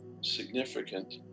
significant